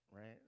right